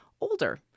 older